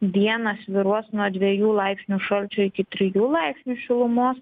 dieną svyruos nuo dviejų laipsnių šalčio iki trijų laipsnių šilumos